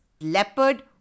leopard